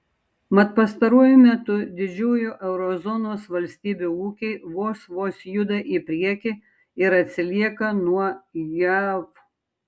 mat pastaruoju metu didžiųjų euro zonos valstybių ūkiai vos vos juda į priekį ir atsilieka nuo jav